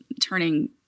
turning